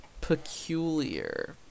peculiar